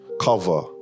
cover